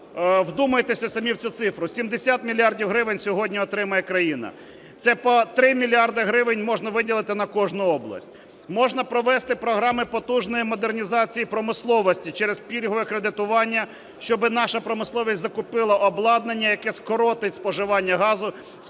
Вдумайтесь самі в цю цифру, 70 мільярдів гривень сьогодні отримає країна, це по 3 мільярди гривень можна виділити на кожну область. Можна провести програми потужної модернізації промисловості через пільгове кредитування, щоби наша промисловість закупила обладнання, яке скоротить споживання газу, скоротить